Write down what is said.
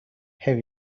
have